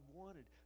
wanted